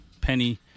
Penny